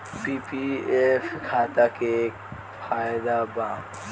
PPF खाता के का फायदा बा?